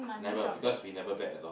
never because we never bet at all